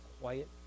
quiet